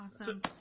Awesome